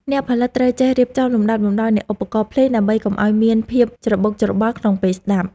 អ្នកផលិតត្រូវចេះរៀបចំលំដាប់លំដោយនៃឧបករណ៍ភ្លេងដើម្បីកុំឱ្យមានភាពច្របូកច្របល់ក្នុងពេលស្ដាប់។